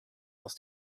aus